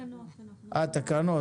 אה, תקנות.